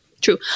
True